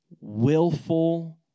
willful